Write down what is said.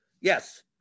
yes